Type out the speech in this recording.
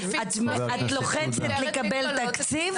את לוחצת לקבל תקציב,